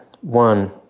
One